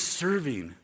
serving